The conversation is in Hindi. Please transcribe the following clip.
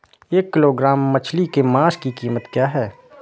एक किलोग्राम मछली के मांस की कीमत क्या है?